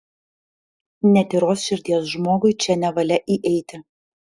netyros širdies žmogui čia nevalia įeiti